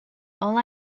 all